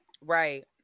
Right